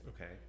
okay